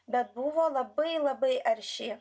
bet buvo labai labai arši